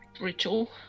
ritual